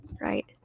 right